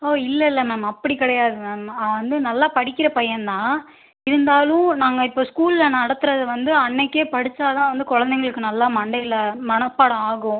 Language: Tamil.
ஓ இல்லஇல்ல மேம் அப்படி கிடையாது மேம் அவன் வந்து நல்லா படிக்கிற பையன்தான் இருந்தாலும் நாங்கள் இப்போ ஸ்கூலில் நடத்துறதை வந்து அன்னைக்கே படிச்சாதான் வந்து குழந்தைங்களுக்கு நல்லா மண்டையில் மனப்படம் ஆகும்